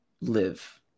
live